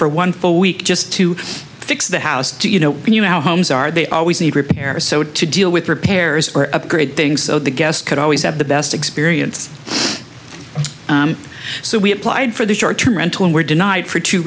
for one full week just to fix the house you know and you know our homes are they always need repairs so to deal with repairs or upgrade things so the guest could always have the best experience so we applied for the short term rental and were denied for two